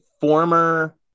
former